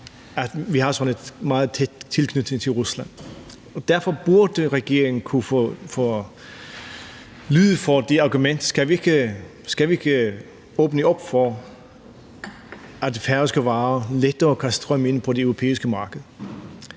at vi har sådan en meget tæt tilknytning til Rusland, og derfor burde regeringen være lydhør over for det argument at åbne op for, at færøske varer lettere kan strømme ind på det europæiske marked.